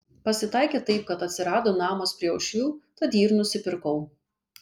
pasitaikė taip kad atsirado namas prie uošvių tad jį ir nusipirkau